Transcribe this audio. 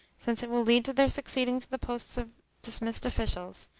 since it will lead to their succeeding to the posts of dismissed officials,